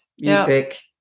music